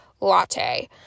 latte